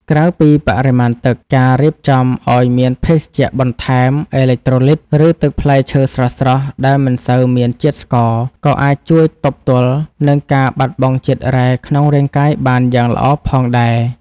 ក្រៅពីបរិមាណទឹក ការរៀបចំឱ្យមានភេសជ្ជៈបន្ថែមអេឡិចត្រូលីត ឬទឹកផ្លែឈើស្រស់ៗដែលមិនសូវមានជាតិស្ករ ក៏អាចជួយទប់ទល់នឹងការបាត់បង់ជាតិរ៉ែក្នុងរាងកាយបានយ៉ាងល្អផងដែរ។